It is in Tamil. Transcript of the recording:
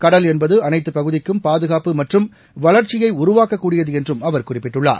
கடல் என்பதுஅனைத்துபகுதிக்கும் பாதுகாப்பு மற்றும் வளர்ச்சியைஉருவாக்கக்கூடியதுஎன்றும் அவர் குறிப்பிட்டுள்ளார்